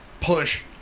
push